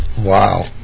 Wow